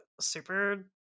super